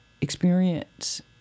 experience